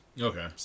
Okay